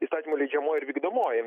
įstatymų leidžiamoji ir vykdomoji